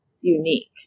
unique